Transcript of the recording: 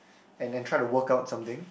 and and try to work out something